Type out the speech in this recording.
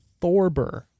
Thorber